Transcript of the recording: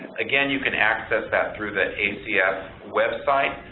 again, you can access that through the acf website.